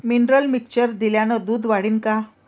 Mineral mixture दिल्यानं दूध वाढीनं का?